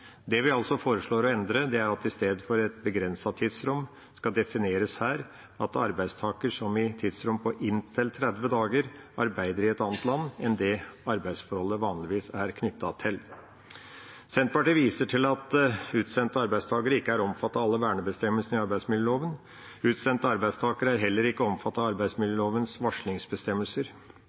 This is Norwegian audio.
Det vi foreslår å endre i lovteksten, er formuleringen «begrenset tidsrom» til formuleringen «tidsrom på inntil 30 dager», slik at hele den nye teksten blir: «Med utsendt arbeidstaker menes arbeidstaker som i et tidsrom på inntil 30 dager arbeider i et annet land enn det arbeidsforholdet vanligvis er knyttet til.» Senterpartiet viser til at utsendte arbeidstakere ikke er omfattet av alle vernebestemmelsene i arbeidsmiljøloven. Utsendte arbeidstakere er heller ikke